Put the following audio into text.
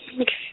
Okay